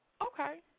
Okay